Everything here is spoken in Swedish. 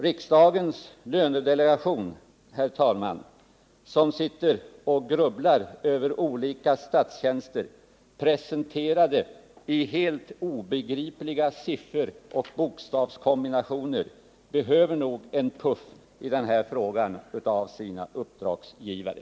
Riksdagens lönedelegation, som sitter och grubblar över olika statstjänster presenterade i helt obegripliga sifferoch bokstavskombinationer, behöver nog i denna fråga en puff av sina uppdragsgivare.